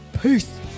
Peace